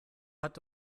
hat